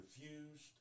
refused